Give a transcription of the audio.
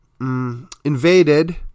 invaded